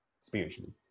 spiritually